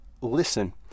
listen